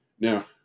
Now